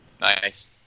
Nice